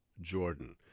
Jordan